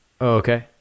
Okay